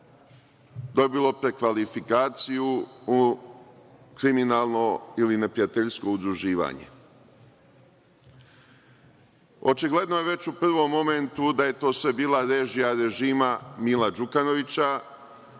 dobilo prekvalifikaciju u kriminalno ili neprijateljsko udruživanje. Očigledno je već u prvom momentu da je to sve bila režija režima Mila Đukanovića,